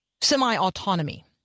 semi-autonomy